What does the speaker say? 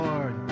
Lord